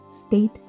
State